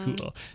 Cool